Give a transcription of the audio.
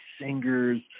singers